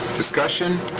discussion?